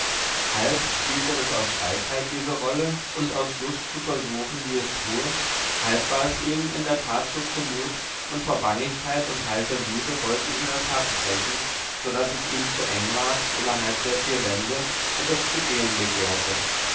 halb spielte es aus schalkheit diese rolle und aus lust zu versuchen wie es tue halb war es ihm in der tat so zumut und vor bangigkeit und heißer liebe wollte ihm das herz brechen so daß es ihm zu eng ward innerhalb der vier wände und es zu gehen begehrte